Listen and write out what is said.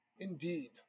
Indeed